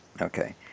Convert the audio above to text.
Okay